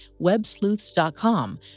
Websleuths.com